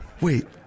Wait